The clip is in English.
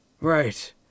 right